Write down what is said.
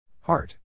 Heart